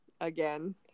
again